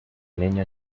niña